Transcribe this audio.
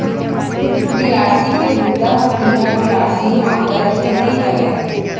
बियासी के बूता ह बिना बियासी नांगर के नइ बनय